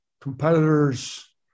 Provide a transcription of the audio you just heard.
competitors